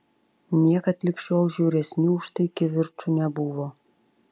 niekad lig šiol žiauresnių už tai kivirčų nebuvo